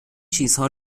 چیزها